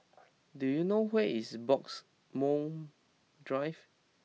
do you know where is Bloxhome Drive